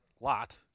lot